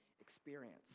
experience